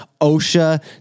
OSHA